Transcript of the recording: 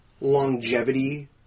longevity